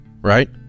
right